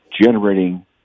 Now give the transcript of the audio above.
generating